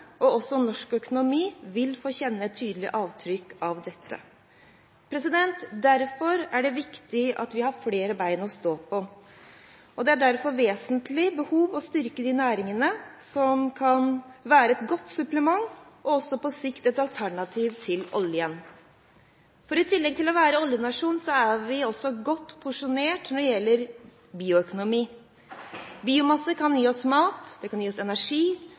og også norsk økonomi vil få kjenne et tydelig avtrykk av dette. Derfor er det viktig at vi har flere ben å stå på, og det er derfor et vesentlig behov for å styrke de næringene som kan være et godt supplement og på sikt også et alternativ til oljen. I tillegg til å være en oljenasjon er vi godt posisjonert når det gjelder bioøkonomi. Biomasse kan gi oss mat og energi